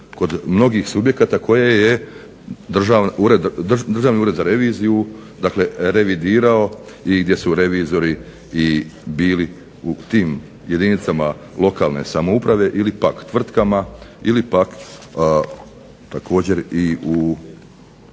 kod mnogih subjekata koje je Državni ured za reviziju revidirao i gdje su revizori i bili u tim jedinicama lokalne samouprave ili pak tvrtkama ili pak također i u